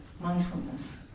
mindfulness